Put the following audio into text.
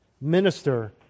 Minister